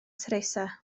teresa